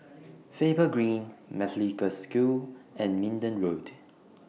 Faber Green Methodist Girls' School and Minden Road